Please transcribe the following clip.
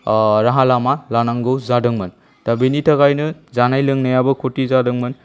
राहा लामा लानांगौ जादोंमोन दा बेनि थाखायनो जानाय लोंनायाबो खति जादोंमोन